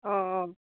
অঁ অঁ